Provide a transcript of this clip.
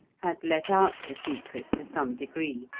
had let out the secret to some degree.